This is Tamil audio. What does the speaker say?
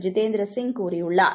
ஜிதேந்திர சிங் கூறியுள்ளார்